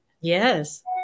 Yes